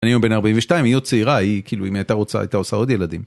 אני בן ארבעים ושתיים היא עוד צעירה היא כאילו אם היא הייתה רוצה הייתה עושה עוד ילדים.